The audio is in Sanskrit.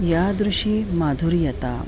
यादृशी माधुर्यं